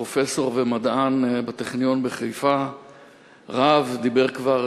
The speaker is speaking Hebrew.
פרופסור ומדען בטכניון בחיפה, רב, דיבר כבר